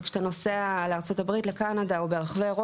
כמי שנאלץ לריב עם ראשי ערים.